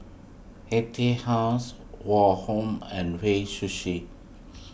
Etude House Woh Hup and Hei Sushi